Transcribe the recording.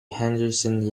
henderson